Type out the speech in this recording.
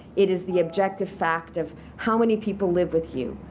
it is the objective fact of how many people live with you,